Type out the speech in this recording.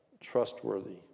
trustworthy